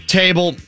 table